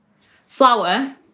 Flour